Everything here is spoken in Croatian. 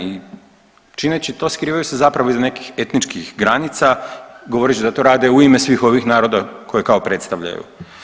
I čineći to skrivaju se zapravo iza nekih etničkih granica govoreći da to rade u ime svih ovih naroda koje kao predstavljaju.